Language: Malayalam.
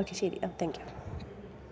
ഓക്കേ ശരി എങ്കിൽ താങ്ക് യു